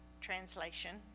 translation